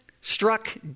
struck